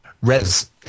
res